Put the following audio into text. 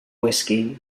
whisky